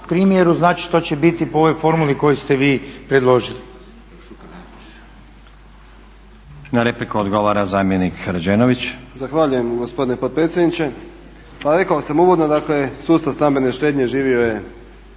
primjeru znači što će biti po ovoj formuli koju ste vi predložili. **Stazić, Nenad (SDP)** Na repliku odgovara zamjenik Rađenović. **Rađenović, Igor (SDP)** Zahvaljujem gospodine potpredsjedniče. Pa rekao sam uvodno dakle sustav stambene štednje živio je